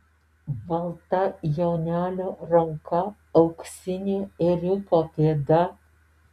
balta jonelio ranka auksinė ėriuko pėda